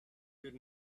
good